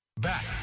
Back